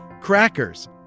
crackers